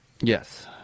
Yes